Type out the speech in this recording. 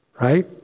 right